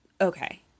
Okay